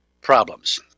problems